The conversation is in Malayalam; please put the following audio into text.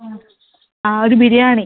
ആ ഒരു ബിരിയാണി